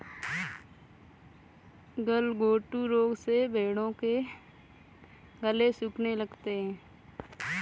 गलघोंटू रोग में भेंड़ों के गले सूखने लगते हैं